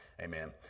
amen